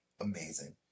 amazing